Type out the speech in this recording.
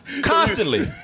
Constantly